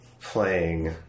playing